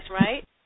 right